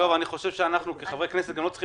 אני חושב שאנחנו כחברי כנסת לא צריכים